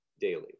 daily